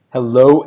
Hello